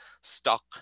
Stock